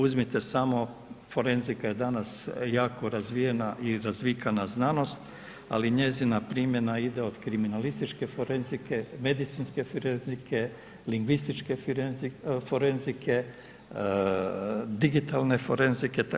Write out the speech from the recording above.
Uzmite samo, forenzika je danas jako razvijena i razvikana znanost, ali njezina primjena ide od kriminalističke forenzike, medicinske forenzike, lingvističke forenzike, digitalne forenzike.